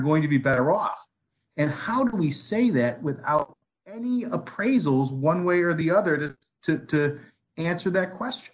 going to be better off and how do we say that without any appraisals one way or the other has to answer that question